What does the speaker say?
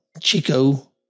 Chico